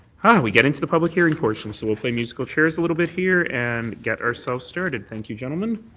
we get into the public hearing portion. so we'll play musical chairs a little bit here and get ourselves started. thank you, gentlemen.